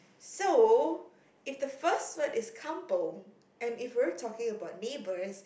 so if the first word is kampung and if we're talking about neighbours